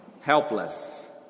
helpless